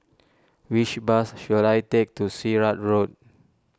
which bus should I take to Sirat Road